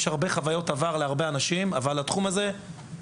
יש הרבה חוויות עבר להרבה אנשים אבל התחום התפתח,